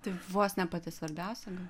tai vos ne pati svarbiausia